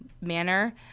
manner